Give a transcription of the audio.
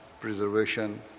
preservation